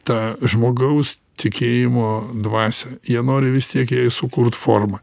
tą žmogaus tikėjimo dvasią jie nori vis tiek jai sukurt formą